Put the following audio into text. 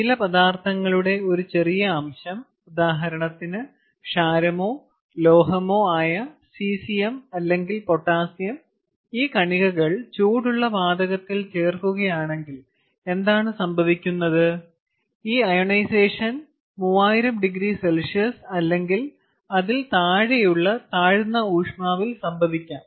ചില പദാർത്ഥങ്ങളുടെ ഒരു ചെറിയ അംശം ഉദാഹരണത്തിന് ക്ഷാരമോ ലോഹമോ ആയ സീസിയം അല്ലെങ്കിൽ പൊട്ടാസ്യം ഈ കണികകൾ ചൂടുള്ള വാതകത്തിൽ ചേർക്കുകയാണെങ്കിൽ എന്താണ് സംഭവിക്കുന്നത് ഈ അയോണൈസേഷൻ 3000oC അല്ലെങ്കിൽ അതിൽ താഴെയുള്ള താഴ്ന്ന ഊഷ്മാവിൽ സംഭവിക്കാം